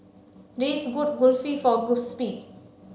Reese good Kulfi for Giuseppe